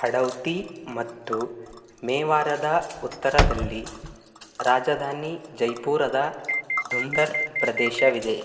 ಹಡೌತಿ ಮತ್ತು ಮೇವಾರದ ಉತ್ತರದಲ್ಲಿ ರಾಜಧಾನಿ ಜೈಪುರದ ದುಂಧರ್ ಪ್ರದೇಶವಿದೆ